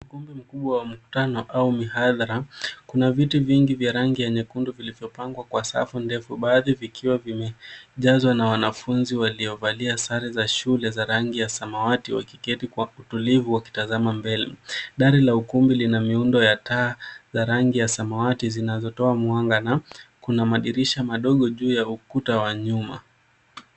Ukumbi mkubwa wa mkutano au mihadhara. Kuna viti vingi vya rangi ya nyekundu vilivyopangwa kwa safu ndefu, baadhi vikiwa vimejazwa na wanafunzi waliovalia sare za shule za rangi ya samwati wakiketi kwa utulivu wakitazama mbele. Dari la ukumbi lina miundo ya taa za rangi ya samawati zinazotoa mwanga na kuna madirisha madogo juu ya ukuta wa nyuma.